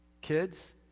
Kids